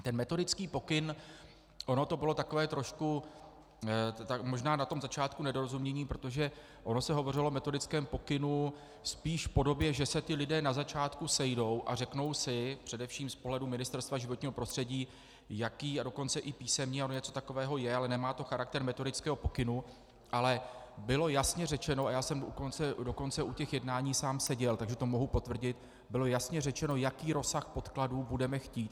Ten metodický pokyn ono to bylo takové trošku možná na tom začátku nedorozumění, protože se hovořilo o metodickém pokynu spíš v podobě, že se ti lidé na začátku sejdou a řeknou si především z pohledu Ministerstva životního prostředí, jaký a dokonce i písemně, ono něco takového je, ale nemá to charakter metodického pokynu, ale bylo jasně řečeno, a já jsem dokonce u těch jednání sám seděl, takže to mohu potvrdit, bylo jasně řečeno, jaký rozsah podkladů budeme chtít.